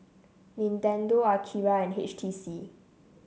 Nintendo Akira and H T C